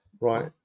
right